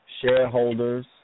shareholders